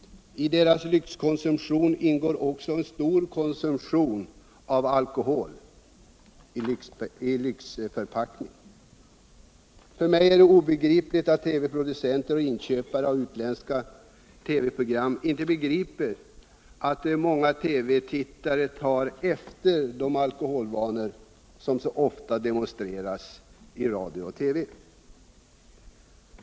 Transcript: Där ingår också en stor konsumtion av alkohol i lyxförpackning. För mig är det obegripligt att TV-producenter och inköpare av utländska TV-program inte begriper att många TV-tittare tar efter de alkoholvanor som så ofta demonstreras i radio och TV.